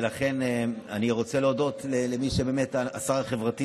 ולכן אני רוצה להודות לשר החברתי,